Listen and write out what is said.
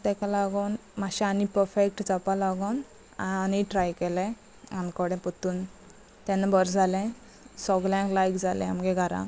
ताका लागून मातशे आनी पफेक्ट जावपा लागोन आनी ट्राय केले आनकोडे परतून तेन्ना बरें जालें सगल्यांक लायक जालें आमगे घरा